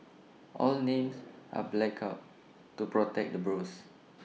all the names are blacked out to protect the blues